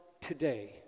today